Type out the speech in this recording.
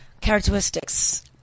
characteristics